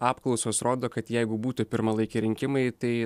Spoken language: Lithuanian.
apklausos rodo kad jeigu būtų pirmalaikiai rinkimai tai